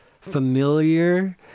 familiar